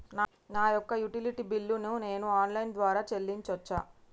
నా యొక్క utility bill ను నేను ఆన్ లైన్ ద్వారా చెల్లించొచ్చా?